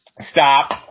Stop